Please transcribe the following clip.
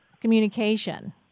communication